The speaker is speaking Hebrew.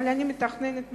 אבל אני מתכננת מכתב,